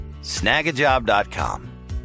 Snagajob.com